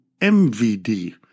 MVD